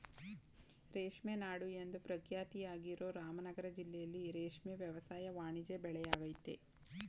ರೇಷ್ಮೆ ನಾಡು ಎಂದು ಪ್ರಖ್ಯಾತಿಯಾಗಿರೋ ರಾಮನಗರ ಜಿಲ್ಲೆಲಿ ರೇಷ್ಮೆ ವ್ಯವಸಾಯ ವಾಣಿಜ್ಯ ಬೆಳೆಯಾಗಯ್ತೆ